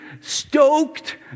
stoked